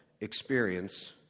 experience